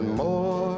more